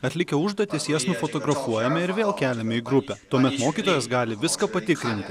atlikę užduotis jas nufotografuojame ir vėl keliame į grupę tuomet mokytojas gali viską patikrinti